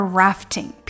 rafting，